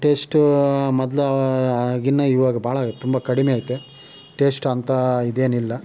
taste ಮೊದ್ಲು ಆವಾಗಿನ್ನ ಇವಾಗ ಭಾಳ ತುಂಬ ಕಡಿಮೆ ಐತೆ ಟೇಸ್ಟ್ ಅಂಥ ಇದೇನಿಲ್ಲ